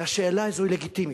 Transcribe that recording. והשאלה הזאת היא לגיטימית,